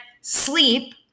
sleep